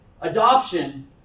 Adoption